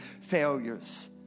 failures